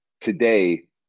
today